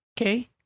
Okay